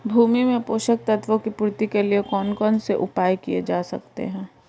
भूमि में पोषक तत्वों की पूर्ति के लिए कौन कौन से उपाय किए जा सकते हैं?